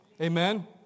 Amen